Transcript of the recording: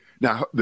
Now